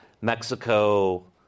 Mexico